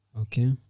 Okay